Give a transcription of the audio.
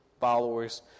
followers